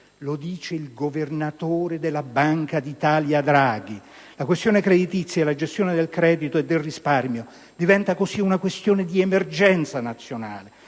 bensì il governatore della Banca d'Italia Draghi. La questione creditizia e la gestione del credito e del risparmio diventano così questioni di emergenza nazionale,